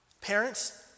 Parents